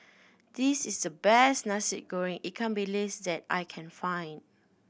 this is the best Nasi Goreng ikan bilis that I can find